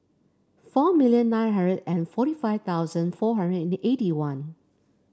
four million nine hundred and forty five thousand four hundred and eighty one